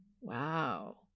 Wow